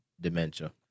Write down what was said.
dementia